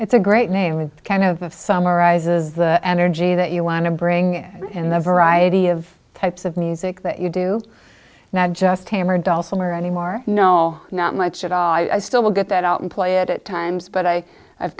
it's a great name with the kind of of summarizes the energy that you want to bring in the variety of types of music that you do not just hammered dulcimer anymore no not much at all i still get that out and play it at times but i